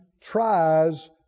tries